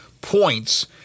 points